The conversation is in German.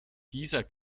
dieser